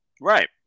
Right